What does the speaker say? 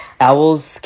Owls